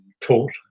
taught